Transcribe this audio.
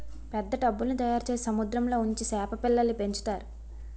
పెద్ద టబ్బుల్ల్ని తయారుచేసి సముద్రంలో ఉంచి సేప పిల్లల్ని పెంచుతారు